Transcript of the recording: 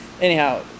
Anyhow